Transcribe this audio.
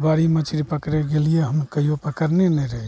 बुआरी मछरी पकड़ै ले गेलिए हम कहिओ पकड़ने नहि रहिए